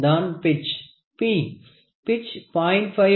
தான் pitch P pitch 0